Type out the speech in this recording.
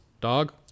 dog